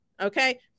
Okay